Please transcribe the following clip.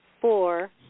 four